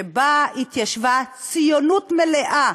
שבאה, התיישבה, ציונות מלאה,